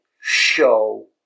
Show